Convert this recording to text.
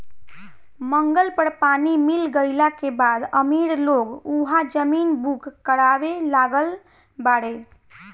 मंगल पर पानी मिल गईला के बाद अमीर लोग उहा जमीन बुक करावे लागल बाड़े